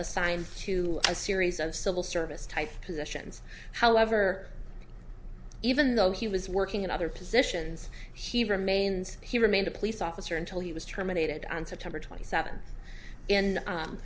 assigned to a series of civil service type positions however even though he was working in other positions he remains he remained a police officer until he was terminated on september twenty seventh and